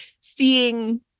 seeing